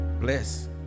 Bless